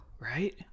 Right